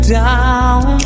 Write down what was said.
down